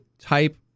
type